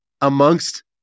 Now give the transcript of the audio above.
amongst